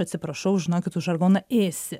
atsiprašau žinokit už žargoną ėsi